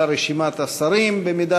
דב חנין, מיקי